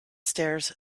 stairs